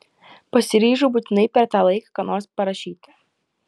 pasiryžau būtinai per tą laiką ką nors parašyti